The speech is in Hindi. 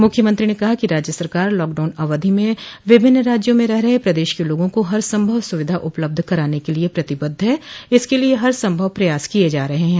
मुख्यमंत्री ने कहा कि राज्य सरकार लॉकडाउन अवधि में विभिन्न राज्यों में रह रहे प्रदेश के लोगों को हर संभव सुविधा उपलब्ध कराने के लिये प्रतिबद्ध है इसके लिये हर संभव प्रयास किये जा रहे है